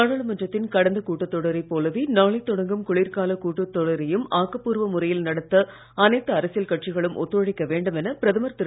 நாடாளுமன்றத்தின் கடந்த கூட்டத்தொடரைப் போலவே நாளை தொடங்கும் குளிர்காலக் கூட்டத்தொடரையும் ஆக்கப்பூர்வ முறையில் நடத்த அனைத்து அரசியல் கட்சிகளும் ஒத்துழைக்க வேண்டும் என பிரதமர் திரு